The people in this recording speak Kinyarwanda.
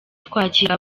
twakiraga